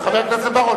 חבר הכנסת בר-און,